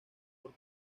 por